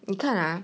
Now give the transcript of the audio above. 你看啊